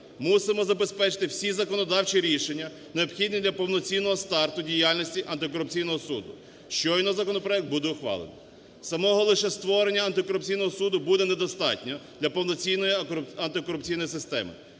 Мусимо забезпечити всі законодавчі рішення, необхідні для повноцінного старту діяльності антикорупційного суду, щойно законопроект буде ухвалений. Самого лише створення антикорупційного суду буде недостатньо для повноцінної антикорупційної системи.